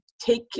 take